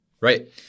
Right